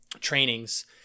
trainings